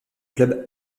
club